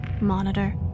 monitor